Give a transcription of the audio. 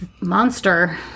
monster